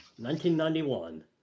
1991